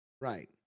Right